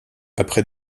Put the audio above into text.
après